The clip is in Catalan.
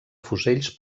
fusells